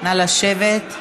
נא לשבת.